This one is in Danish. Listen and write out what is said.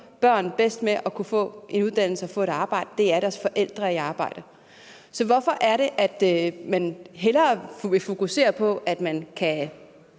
børn bedst med at få en uddannelse og et arbejde, er, at deres forældre er i arbejde. Så hvorfor vil SF hellere fokusere på, at man får